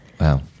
Wow